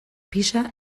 pisa